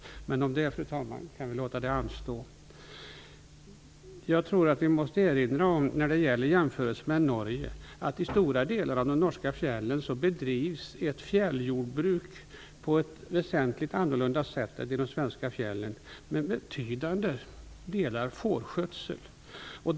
Men det, fru talman, kan vi låta anstå. När det gäller jämförelsen med Norge tror jag att vi måste erinra om att det i stora delar av de norska fjällen bedrivs ett fjälljordbruk på ett väsentligt annorlunda sätt än i de svenska fjällen, med betydande delar fårskötsel.